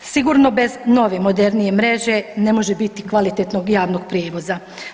Sigurno bez novije modernije mreže ne može biti kvalitetnog javnog prijevoza.